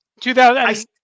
2000